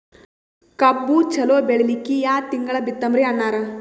ಕಬ್ಬು ಚಲೋ ಬೆಳಿಲಿಕ್ಕಿ ಯಾ ತಿಂಗಳ ಬಿತ್ತಮ್ರೀ ಅಣ್ಣಾರ?